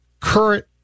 current